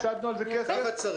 הפסדנו על זה כסף,